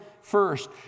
first